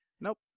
Nope